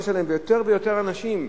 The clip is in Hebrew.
ויותר ויותר אנשים,